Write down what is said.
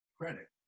Credit